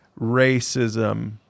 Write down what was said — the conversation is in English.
racism